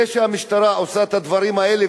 זה שהמשטרה עושה את הדברים האלה,